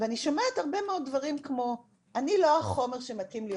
ואני שומעת הרבה מאוד דברים כמו "..אני לא החומר שמתאים להיות